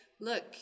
look